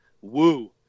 woo